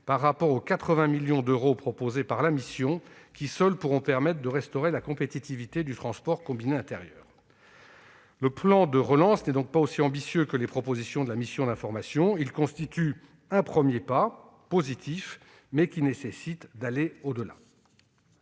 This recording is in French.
par rapport aux 80 millions d'euros proposés par la mission qui, seuls, pourront permettre de restaurer la compétitivité du transport combiné intérieur. Le plan de relance n'est donc pas aussi ambitieux que les propositions de la mission d'information. Il constitue un premier pas positif, qui nécessite cependant